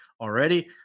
already